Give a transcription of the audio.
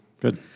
Good